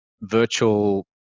virtual